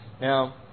Now